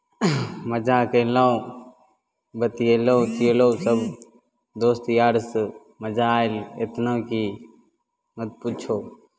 मजा कयलहुँ बतिएलहुँ उतिएलहुँ सभ दोस्त यारसँ मजा आयल इतना कि मत पूछौ